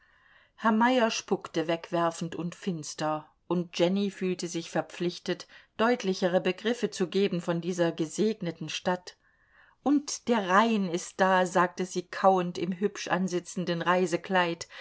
herr meyer spuckte wegwerfend und finster und jenny fühlte sich verpflichtet deutlichere begriffe zu geben von dieser gesegneten stadt und der rhein ist da sagte sie kauend im hübsch ansitzenden